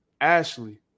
Ashley